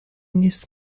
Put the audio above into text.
نیست